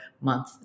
month